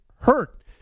hurt